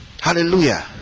Hallelujah